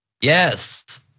Yes